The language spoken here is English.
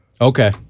Okay